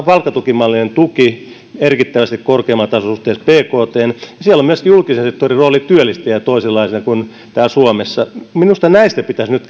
palkkatukimallinen tuki merkittävästi korkeammalla tasolla suhteessa bkthen ja siellä on myöskin julkisen sektorin rooli työllistäjänä toisenlainen kuin täällä suomessa minusta näistä pitäisi nyt